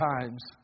times